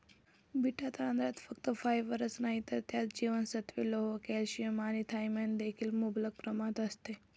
पिटा तांदळात फक्त फायबरच नाही तर त्यात जीवनसत्त्वे, लोह, कॅल्शियम आणि थायमिन देखील मुबलक प्रमाणात असते